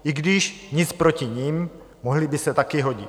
I když nic proti nim, mohly by se taky hodit.